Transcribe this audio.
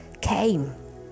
came